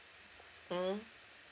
mm